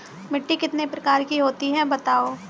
मिट्टी कितने प्रकार की होती हैं बताओ?